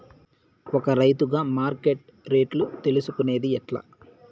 ఒక రైతుగా మార్కెట్ రేట్లు తెలుసుకొనేది ఎట్లా?